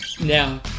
Now